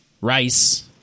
rice